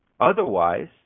Otherwise